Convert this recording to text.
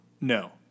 No